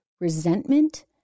resentment